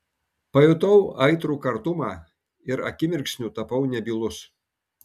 pajutau aitrų kartumą ir akimirksniu tapau nebylus